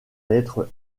lettre